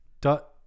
dot